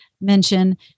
mention